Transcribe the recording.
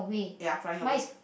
ya flying away